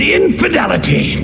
infidelity